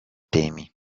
temi